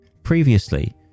Previously